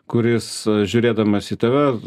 kuris žiūrėdamas į tave